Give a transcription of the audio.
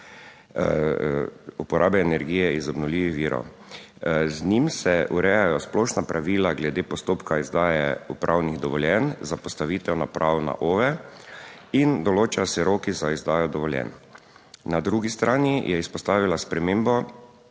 uporabe energije iz obnovljivih virov. Z njim se urejajo splošna pravila glede postopka izdaje upravnih dovoljenj za postavitev naprav na OVE in določajo se roki za izdajo dovoljenj. Na drugi strani je izpostavila spremembo,